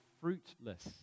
fruitless